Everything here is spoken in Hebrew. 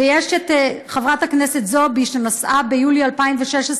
ויש את חברת הכנסת זועבי, שנסעה ביולי 2016,